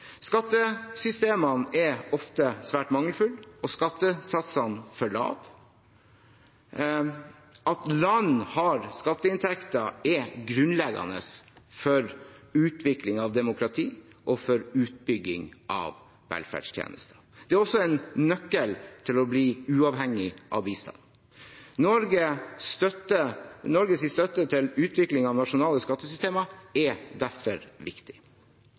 Skattesystemene er ofte svært mangelfulle og skattesatsene for lave. At land har skatteinntekter, er grunnleggende for utvikling av demokratiet og for utbygging av velferdstjenester. Det er også en nøkkel til å bli uavhengig av bistand. Norsk støtte til utvikling av nasjonale skattesystemer er derfor viktig.